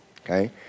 Okay